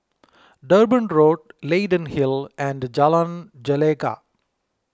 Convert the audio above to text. Durban Road Leyden Hill and Jalan Gelegar